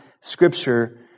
scripture